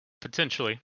Potentially